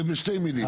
בשתי מילים.